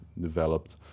developed